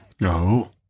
No